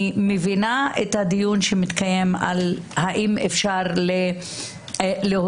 אני מבינה את הדיון שמתקיים לגבי השאלה,